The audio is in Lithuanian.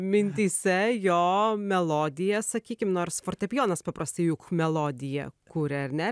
mintyse jo melodiją sakykim nors fortepijonas paprastai juk melodiją kuria ar ne